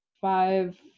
Five